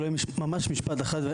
ממש משפט אחרון,